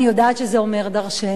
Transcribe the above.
אני יודעת שזה אומר דורשני.